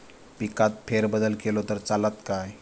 पिकात फेरबदल केलो तर चालत काय?